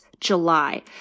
July